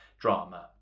drama